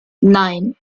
nein